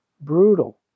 brutal